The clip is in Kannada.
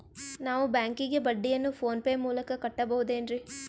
ನಾವು ಬ್ಯಾಂಕಿಗೆ ಬಡ್ಡಿಯನ್ನು ಫೋನ್ ಪೇ ಮೂಲಕ ಕಟ್ಟಬಹುದೇನ್ರಿ?